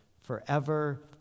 forever